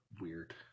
Weird